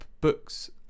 books